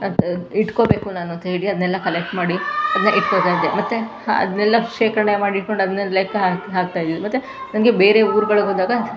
ಅದು ಇಟ್ಕೊಬೇಕು ನಾನು ಅಂತ್ಹೇಳಿ ಅದನ್ನೆಲ್ಲ ಕಲೆಕ್ಟ್ ಮಾಡಿ ಅದನ್ನು ಇಟ್ಕೋತಾ ಇದ್ದೆ ಮತ್ತು ಅದನ್ನೆಲ್ಲ ಶೇಖರಣೆ ಮಾಡಿ ಇಟ್ಕೊಂಡು ಅದನ್ನು ಲೆಕ್ಕ ಹಾಕಿ ಹಾಕ್ತಾಯಿದ್ದಿದ್ದು ಮತ್ತು ನಂಗೆ ಬೇರೆ ಊರುಗಳಿಗೋದಾಗ